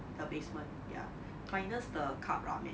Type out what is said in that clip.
the basement ya minus the cup ramen